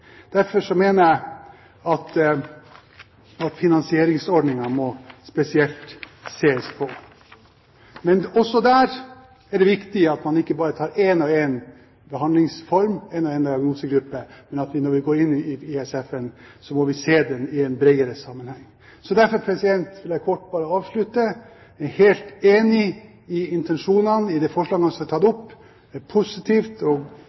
Derfor mener jeg at finansieringsordningen må ses spesielt på. Men også der er det viktig at man ikke bare tar en og en behandlingsform eller en og en diagnosegruppe, men at når vi går inn i ISF-ordningen, må vi se den i en bredere sammenheng. Derfor vil jeg kort bare avslutte med å si at jeg er helt enig i intensjonene i de forslagene som er tatt opp – det er positivt og